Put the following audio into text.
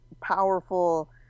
powerful